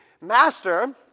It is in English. Master